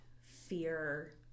fear